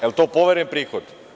Jel to poveren prihod?